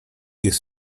jest